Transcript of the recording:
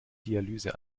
dialyse